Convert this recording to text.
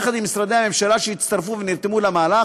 יחד עם משרדי הממשלה שהצטרפו ונרתמו למהלך,